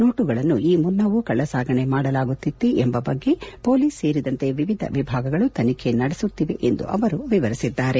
ನೋಟುಗಳನ್ನು ಈ ಮುನ್ನವೂ ಕಳ್ಳಸಾಗಣೆ ಮಾಡಲಾಗುತ್ತಿತ್ತೆ ಎಂಬ ಬಗ್ಗೆ ಪೊಲೀಸ್ ಸೇರಿದಂತೆ ವಿವಿಧ ವಿಭಾಗಗಳು ತನಿಖೆ ನಡೆಸುತ್ತಿವೆ ಎಂದು ಅವರು ವಿವರಿಸಿದ್ದಾರೆ